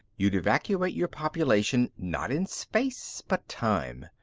you'd evacuate your population not in space, but time.